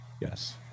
Yes